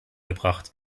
gebracht